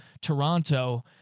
Toronto